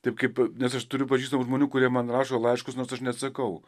taip kaip nes aš turiu pažįstamų žmonių kurie man rašo laiškus nors aš neatsakau